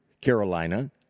Carolina